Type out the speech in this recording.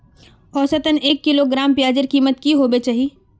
औसतन एक किलोग्राम प्याजेर कीमत की होबे चही?